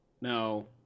no